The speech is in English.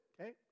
Okay